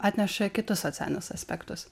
atneša kitus socialinius aspektus